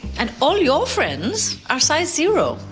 and all your friends, are size zero.